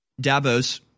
davos